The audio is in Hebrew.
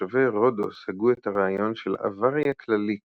תושבי רודוס הגו את הרעיון של אבריה כללית